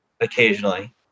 occasionally